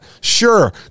Sure